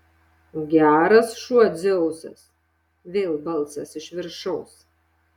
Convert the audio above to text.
geras šuo dzeusas vėl balsas iš viršaus